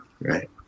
right